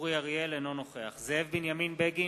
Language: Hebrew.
אין נמנעים.